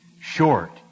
Short